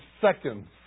seconds